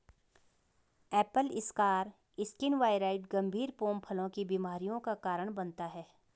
Apple scar skin viroid गंभीर pome फलों की बीमारियों का कारण बनता है